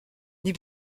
dit